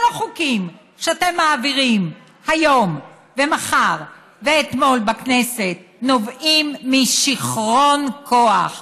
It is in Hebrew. כל החוקים שאתם מעבירים היום ומחר ואתמול בכנסת נובעים משיכרון כוח,